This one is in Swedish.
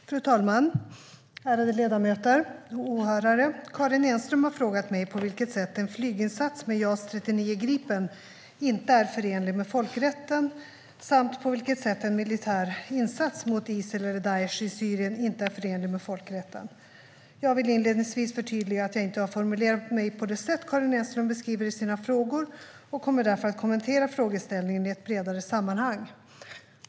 Svar på interpellationer Fru talman! Ärade ledamöter och åhörare! Karin Enström har frågat mig på vilket sätt en flyginsats med JAS 39 Gripen inte är förenlig med folkrätten samt på vilket sätt en militär insats mot Isil/Daish i Syrien inte är förenlig med folkrätten. Jag vill inledningsvis förtydliga att jag inte har formulerat mig på det sätt Karin Enström beskriver i sina frågor, och jag kommer därför att kommentera frågeställningen i ett bredare sammanhang.